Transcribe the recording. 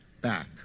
back